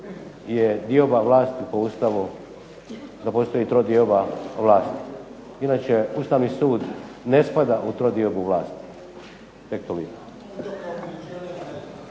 je dioba vlasti po Ustavu, da postoji trodioba vlasti. Inače, Ustavni sud ne spada u trodiobu vlasti. tek toliko.